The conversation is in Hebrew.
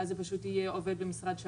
ואז זה פשוט יהיה עובד במשרד,